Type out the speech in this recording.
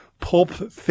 Pulp